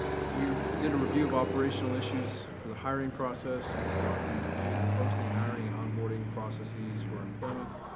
we did a review of operational issues for the hiring process. ms. garland reviewed the posting, hiring, and onboarding processes for employment.